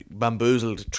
bamboozled